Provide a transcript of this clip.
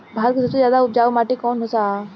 भारत मे सबसे ज्यादा उपजाऊ माटी कउन सा ह?